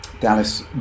Dallas